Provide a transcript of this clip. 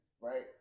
right